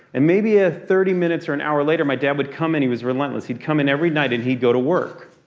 and maybe ah thirty minutes or an hour later my dad would come in. he was relentless. he'd come in every night, and he'd go to work.